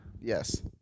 Yes